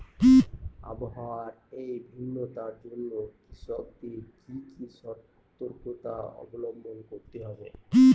আবহাওয়ার এই ভিন্নতার জন্য কৃষকদের কি কি সর্তকতা অবলম্বন করতে হবে?